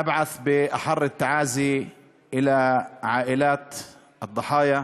(אומר בערבית: אנו שולחים תנחומים למשפחות הקורבנות.